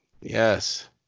Yes